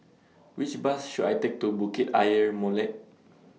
Which Bus should I Take to Bukit Ayer Molek